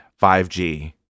5G